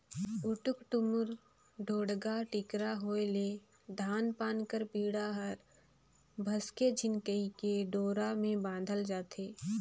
उटुक टुमुर, ढोड़गा टिकरा होए ले धान पान कर बीड़ा हर भसके झिन कहिके डोरा मे बाधल जाथे